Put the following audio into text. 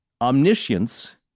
Omniscience